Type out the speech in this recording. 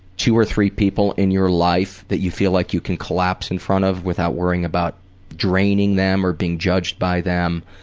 two or three people in your life that you feel like you can collapse in front of without worrying about draining them or being judged by them.